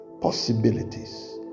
possibilities